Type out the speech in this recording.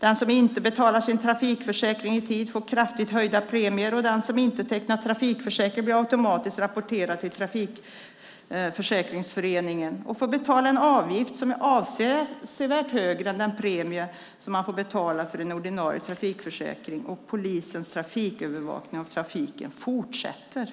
Den som inte betalar sin trafikförsäkring i tid får kraftigt höjda premier. Den som inte tecknar trafikförsäkring blir automatiskt rapporterad till Trafikförsäkringsföreningen och får betala en avgift som är avsevärt högre än den premie som man får betala för den ordinarie trafikförsäkringen. Polisens trafikövervakning av trafiken fortsätter.